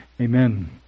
Amen